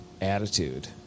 attitude